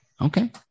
Okay